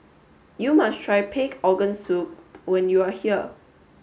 you must try pig organ soup when you are here